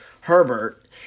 Herbert